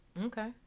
Okay